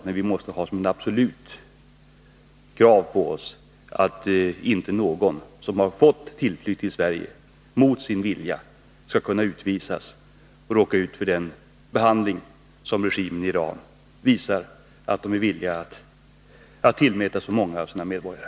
Men vi måste ha som ett absolut krav på oss att inte någon som har fått tillflykt i Sverige skall kunna utvisas mot sin vilja och råka ut för den behandling som regimen i Iran visar att den är villig att ge så många av sina medborgare.